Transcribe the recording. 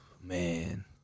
Man